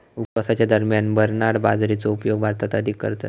उपवासाच्या दरम्यान बरनार्ड बाजरीचो उपयोग भारतात अधिक करतत